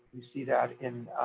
we see that in